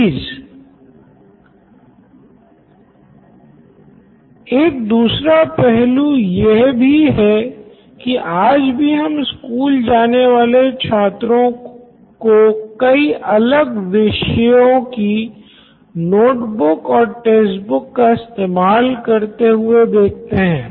please Siddharth Maturi CEO Knoin electronics एक दूसरा पहलू ये भी हैं की आज भी हम स्कूल जाने वाले छात्रों को कई अलग विषयों की नोट बुक और टेक्स्ट बुक का इस्तेमाल करते हुए देखते हैं